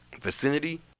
vicinity